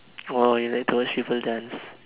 !wah! you like to watch people dance